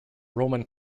roman